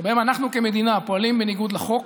שבהם אנחנו כמדינה פועלים בניגוד לחוק,